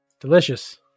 delicious